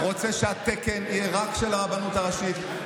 רוצה שהתקן יהיה רק של הרבנות הראשית,